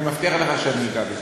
אני מבטיח לך שאני אגע בזה.